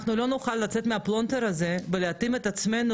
אנחנו לא נוכל לצאת מהפלונטר הזה ולהתאים את עצמנו